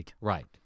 Right